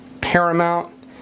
Paramount